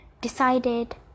decided